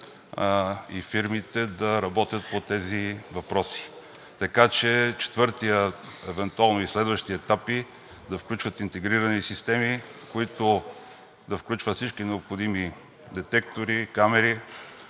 и фирмите да работят по тези въпроси, така че четвъртият, евентуално и следващи етапи, да включват интегрирани системи, които да включват всички необходими детектори, камери